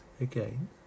again